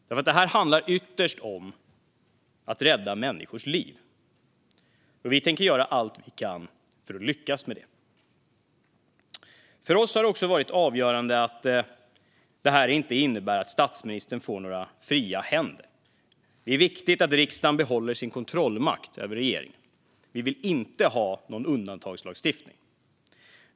Det här handlar ytterst om att rädda människors liv, och vi tänker göra allt vi kan för att lyckas med det. För oss har det också varit avgörande att detta inte innebär att statsministern får fria händer. Det är viktigt att riksdagen behåller sin kontrollmakt över regeringen. Vi vill inte ha någon undantagslagstiftning.